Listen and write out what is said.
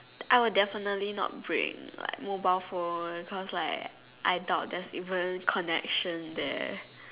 I will definitely not bring like mobile phone cause like I doubt there's even connection there